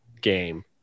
game